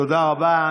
תודה רבה.